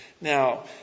Now